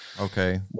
Okay